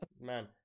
man